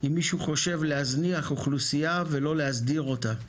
אם מישהו חושב להזניח אוכלוסייה ולא להסדיר אותה.